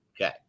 Okay